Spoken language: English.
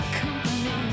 company